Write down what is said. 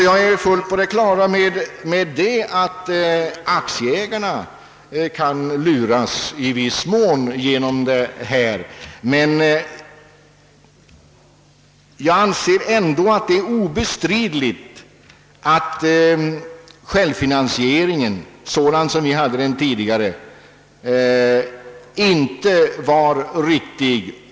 Jag är fullt på det klara med att aktieägarna i viss mån kan luras genom ett sådant tillvägagångssätt. Men jag anser det ändå obestridligt att självfinansieringsprincipen, sådan den tidigare tillämpades, inte var riktig.